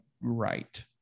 right